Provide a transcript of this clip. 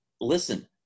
Listen